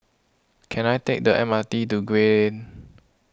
can I take the M R T to Gray